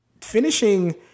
finishing